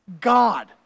God